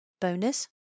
Bonus